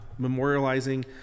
memorializing